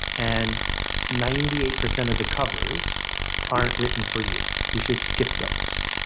and ninety eight percent of the covers aren't written for you you should skip those.